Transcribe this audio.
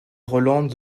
rolland